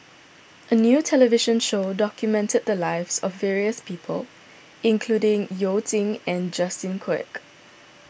a new television show documented the lives of various people including You Jin and Justin Quek